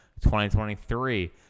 2023